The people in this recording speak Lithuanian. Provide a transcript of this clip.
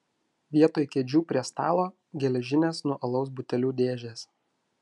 vietoj kėdžių prie stalo geležinės nuo alaus butelių dėžės